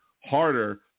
harder